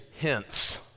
hence